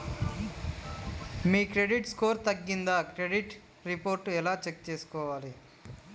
మీ credit score తగ్గిందా credit report ఎలా check చేసుకోవాలి?